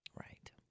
Right